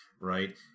right